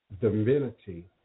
divinity